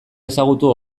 ezagutu